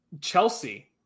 chelsea